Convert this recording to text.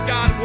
God